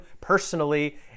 personally